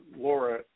Laura